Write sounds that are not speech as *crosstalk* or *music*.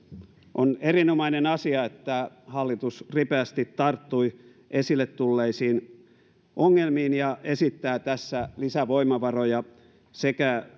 on erinomainen asia että hallitus ripeästi tarttui esille tulleisiin ongelmiin ja esittää tässä lisävoimavaroja sekä *unintelligible*